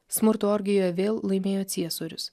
smurto orgijoje vėl laimėjo ciesorius